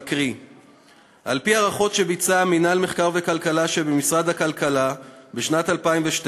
"על-פי הערכות שביצע מינהל מחקר וכלכלה שבמשרד הכלכלה בשנת 2012,